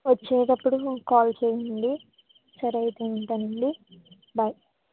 వచ్చేటప్పుడు కాల్ చేయండి సరే అయితే ఉంటానండి బై